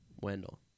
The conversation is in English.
Wendell